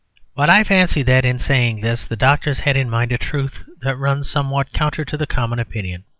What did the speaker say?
but i fancy that, in saying this, the doctors had in mind a truth that runs somewhat counter to the common opinion.